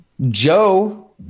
Joe